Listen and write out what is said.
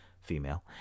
female